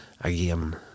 again